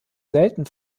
selten